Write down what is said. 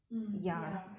mm ya